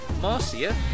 Marcia